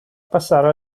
passare